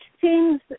seems